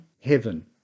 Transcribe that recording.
heaven